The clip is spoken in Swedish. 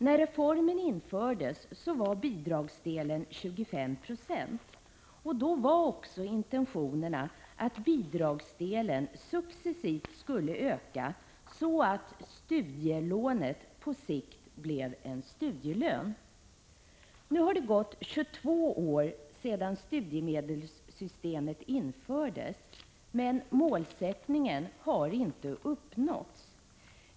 När reformen infördes var bidragsdelen 25 90, och då var intentionerna att bidragsdelen successivt skulle öka, så att studielånet på sikt skulle bli en studielön. Nu har det gått 22 år sedan studiemedelssystemet infördes, men målsättningen har inte uppnåtts.